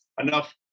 enough